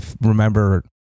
remember